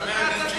אז אתה צדיק.